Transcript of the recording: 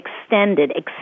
extended